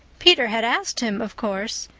peter had asked him, of course,